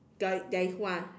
the there is one